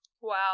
Wow